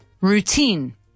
Routine